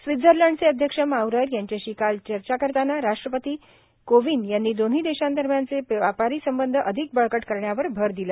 स्वित्झर्लंडचे अध्यक्ष माऊरर यांच्याशी काल चर्चा करताना राष्ट्रपती कोविंद यांनी दोन्ही देशांदरम्यानचे व्यापारी संबंध अधिक बळकट करण्यावर भर दिला